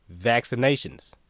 vaccinations